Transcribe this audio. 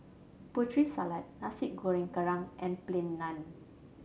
Putri Salad Nasi Goreng Kerang and Plain Naan